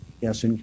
Yes